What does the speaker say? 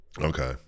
okay